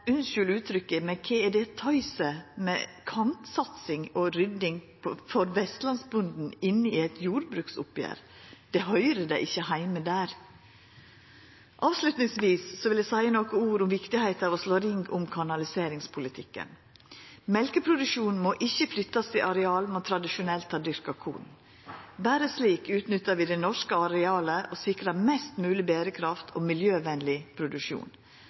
kva er det tøyset med kantklipping og rydding for vestlandsbonden inne i eit jordbruksoppgjer? Det høyrer då ikkje heime der! Avslutningsvis vil eg seia nokre ord om viktigheita av å slå ring om kanaliseringspolitikken. Mjølkeproduksjonen må ikkje flyttast til areal der ein tradisjonelt har dyrka korn. Berre slik utnyttar vi det norske arealet og sikrar ein mest mogleg berekraftig og miljøvenleg produksjon.